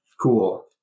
Cool